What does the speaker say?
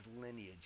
lineage